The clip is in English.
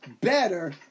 better